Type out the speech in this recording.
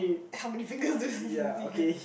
how many fingers does he have